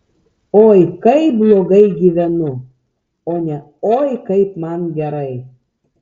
oi kaip blogai gyvenu o ne oi kaip man gerai